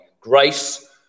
grace